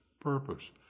purpose